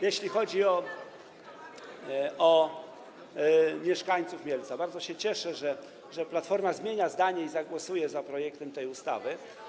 Jeśli chodzi o mieszkańców Mielca, bardzo się cieszę, że Platforma zmienia zdanie i zagłosuje za projektem tej ustawy.